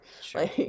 Sure